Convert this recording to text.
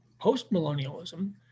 Postmillennialism